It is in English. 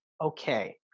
okay